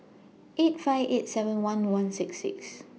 eight five eight seven one one six six